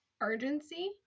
urgency